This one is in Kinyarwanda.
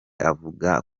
avuga